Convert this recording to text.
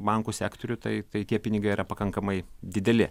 bankų sektorių tai tai tie pinigai yra pakankamai dideli